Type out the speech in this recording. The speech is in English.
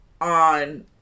on